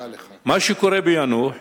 מה שקורה ביאנוח,